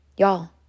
Y'all